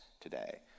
today